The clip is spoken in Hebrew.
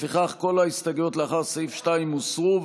לפיכך, כל ההסתייגות לאחר סעיף 2 הוסרו.